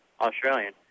Australian